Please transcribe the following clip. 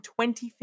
2015